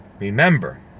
Remember